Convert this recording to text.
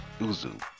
uzu